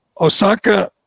Osaka